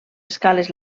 escales